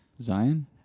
Zion